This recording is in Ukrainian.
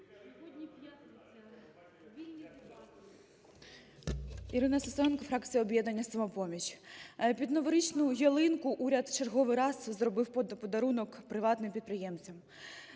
Ірина Сисоєнко, фракція "Об'єднання "Самопоміч". Під новорічну ялинку уряд в черговий раз зробив подарунок приватним підприємцям,